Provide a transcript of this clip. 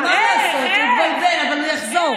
מה לעשות, הוא התבלבל, אבל הוא יחזור.